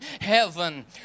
heaven